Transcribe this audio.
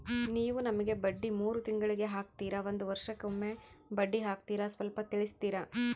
ನೀವು ನಮಗೆ ಬಡ್ಡಿ ಮೂರು ತಿಂಗಳಿಗೆ ಹಾಕ್ತಿರಾ, ಒಂದ್ ವರ್ಷಕ್ಕೆ ಒಮ್ಮೆ ಬಡ್ಡಿ ಹಾಕ್ತಿರಾ ಸ್ವಲ್ಪ ತಿಳಿಸ್ತೀರ?